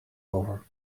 over